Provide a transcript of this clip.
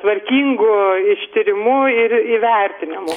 tvarkingu ištyrimu ir įvertinimu